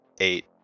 eight